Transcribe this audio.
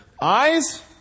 eyes